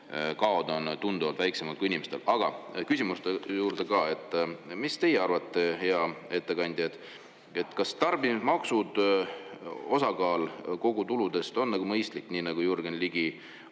kaod on tunduvalt väiksemad kui inimestel. Aga küsimuste juurde ka. Mis teie arvate, hea ettekandja, kas tarbimismaksude osakaal kogutuludest on mõistlik, nii nagu Jürgen Ligi